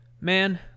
man